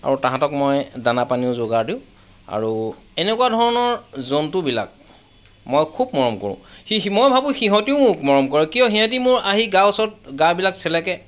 আৰু তাহাঁতক মই দানা পানীও যোগাৰ দিওঁ আৰু এনেকুৱা ধৰণৰ জন্তুবিলাক মই খুব মৰম কৰোঁ সি মই ভাবোঁ সিহঁতেও মোক মৰম কৰে কিয় সিহঁতে আহি মোৰ গাৰ ওচৰত গাবিলাক চেলেকে